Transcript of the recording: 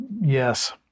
yes